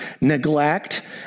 neglect